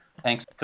thanks